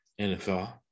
NFL